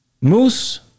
moose